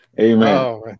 Amen